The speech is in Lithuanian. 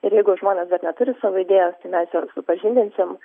ir jeigu žmonės dar neturi savo idėjos tai mes juos supažindinsim